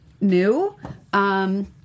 new